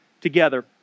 together